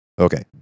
Okay